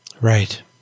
right